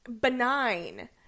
benign